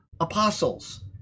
apostles